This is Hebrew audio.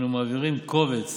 שבה אנו מעבירים קובץ